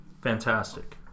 fantastic